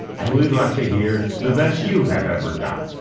and we'd like to hear the best you have ever done.